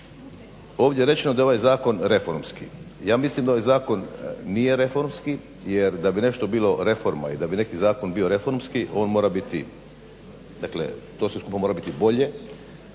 Ovdje je rečeno da je ovaj zakon reformski. Ja mislim da ovaj zakon nije reformski jer da bi nešto bilo reforma i da bi neki zakon bio reformski, on mora biti dakle